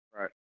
Right